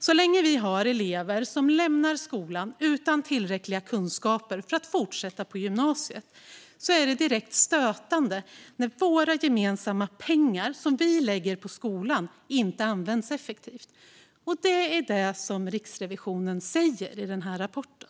Så länge vi har elever som lämnar skolan utan tillräckliga kunskaper för att fortsätta på gymnasiet är det direkt stötande att våra gemensamma pengar som vi lägger på skolan inte används effektivt. Det är vad Riksrevisionen säger i sin rapport.